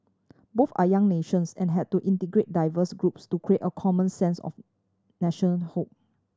both are young nations and had to integrate diverse groups to create a common sense of nationhood